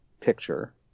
picture